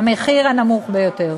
המחיר הנמוך ביותר.